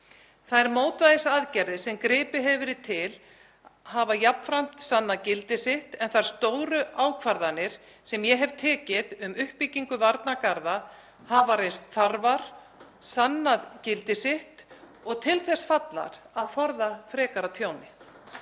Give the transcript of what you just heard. Þær mótvægisaðgerðir sem gripið hefur verið til hafa jafnframt sannað gildi sitt en þær stóru ákvarðanir sem ég hef tekið um uppbyggingu varnargarða hafa reynst þarfar, þeir hafa sannað gildi sitt og eru til þess fallnir að forða frekara tjóni.